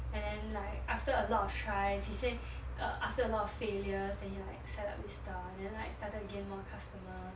and then like after a lot of tries he said uh after a lot of failures then he like set up this stall and then like started to gain a lot of customers